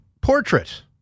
portrait